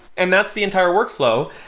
and that's the entire workflow.